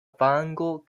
vango